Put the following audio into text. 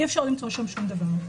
אי אפשר למצוא שם שום דבר,